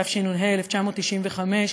התשנ"ה 1995,